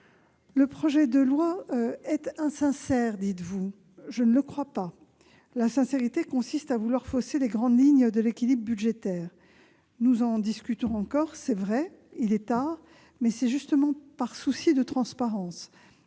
Le projet de loi est insincère, dites-vous. Je ne le crois pas. L'insincérité consiste à vouloir fausser les grandes lignes de l'équilibre budgétaire. Nous en discutons encore, il est tard, c'est vrai, mais c'est justement par souci de transparence.